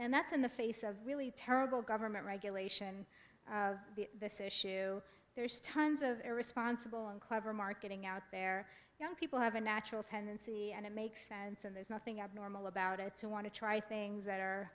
and that's in the face of really terrible government regulation this issue there is tons of irresponsible and clever marketing out there young people have a natural tendency and it makes sense and there's nothing abnormal about it so want to try things that are